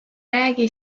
räägi